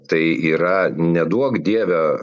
tai yra neduok dieve